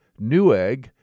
Newegg